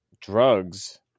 drugs